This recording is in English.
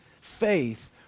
faith